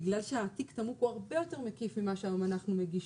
בגלל שהתיק תמרוק הוא הרבה יותר מקיף ממה שאנחנו היום מגישים,